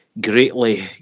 greatly